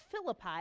Philippi